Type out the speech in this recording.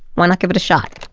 why not give it a shot?